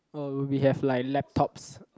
oh we have like laptops